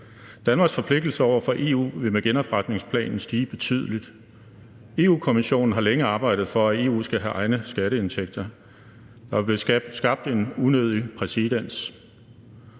Danmarks forpligtelse over for EU vil med genopretningsplanen stige betydeligt. Europa-Kommissionen har længe arbejdet for, at EU skal have egne skatteindtægter, og der vil blive skabt en unødig præcedens.